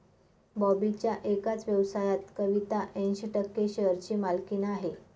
बॉबीच्या एकाच व्यवसायात कविता ऐंशी टक्के शेअरची मालकीण आहे